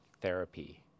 therapy